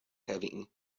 having